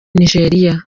nigeria